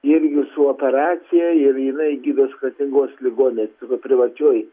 irgi su operacija ir jinai gydos kretingos ligoninėj tokioj privačioj